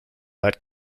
that